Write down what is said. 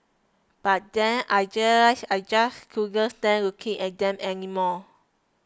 but then I realised I just couldn't stand looking at them anymore